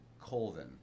Colvin